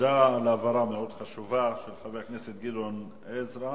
תודה על הבהרה מאוד חשובה של חבר הכנסת גדעון עזרא.